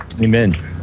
amen